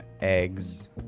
eggs